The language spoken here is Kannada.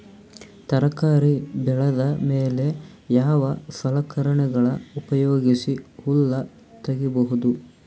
ತರಕಾರಿ ಬೆಳದ ಮೇಲೆ ಯಾವ ಸಲಕರಣೆಗಳ ಉಪಯೋಗಿಸಿ ಹುಲ್ಲ ತಗಿಬಹುದು?